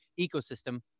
ecosystem